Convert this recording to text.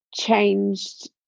changed